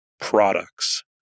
products